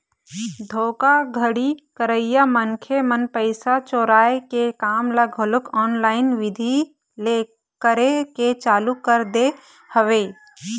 धोखाघड़ी करइया मनखे मन पइसा चोराय के काम ल घलोक ऑनलाईन बिधि ले करे के चालू कर दे हवय